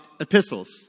Epistles